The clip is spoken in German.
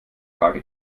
trage